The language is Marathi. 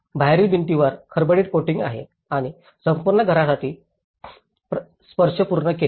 बाहेरील भिंतींवर खडबडीत कोटिंग करून आणि संपूर्ण घरासाठी स्पर्श पूर्ण केले